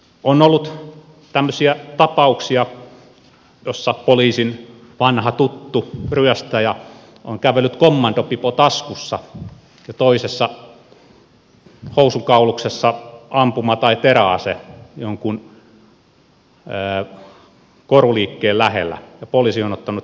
on ollut tämmöisiä tapauksia joissa poliisin vanha tuttu ryöstäjä on kävellyt kommandopipo taskussa ja toisessa housunkauluksessa ampuma tai teräase jonkun koruliikkeen lähellä ja poliisi on ottanut hänet kiinni